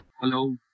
Hello